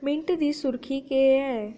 मिंट दी सुर्खी केह् ऐ